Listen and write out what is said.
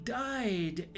died